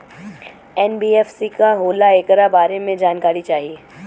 NBFC का होला ऐकरा बारे मे जानकारी चाही?